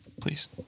please